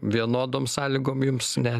vienodom sąlygom jums ne